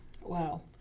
wow